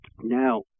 Now